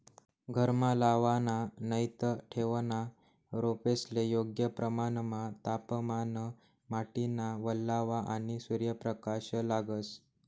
घरमा लावाना नैते ठेवना रोपेस्ले योग्य प्रमाणमा तापमान, माटीना वल्लावा, आणि सूर्यप्रकाश लागस